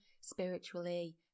spiritually